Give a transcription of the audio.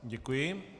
Děkuji.